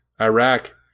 Iraq